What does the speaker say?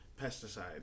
pesticides